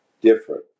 different